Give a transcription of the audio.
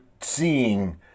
seeing